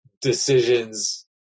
decisions